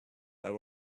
there